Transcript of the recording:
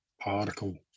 particle